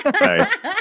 Nice